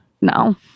no